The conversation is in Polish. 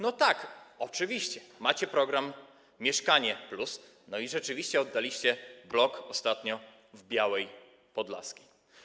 No tak, oczywiście, macie program „Mieszkanie+” i rzeczywiście oddaliście ostatnio blok w Białej Podlaskiej.